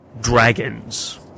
dragons